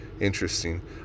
interesting